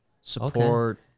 support